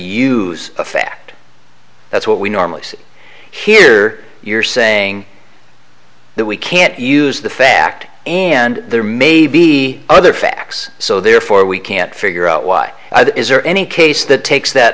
use a fact that's what we normally see here you're saying that we can't use the fact and there may be other facts so therefore we can't figure out why is there any case that takes